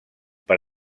per